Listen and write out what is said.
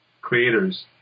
creators